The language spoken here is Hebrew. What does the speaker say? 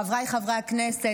חבריי חברי הכנסת,